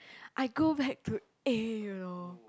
I go back to A you know